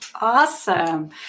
Awesome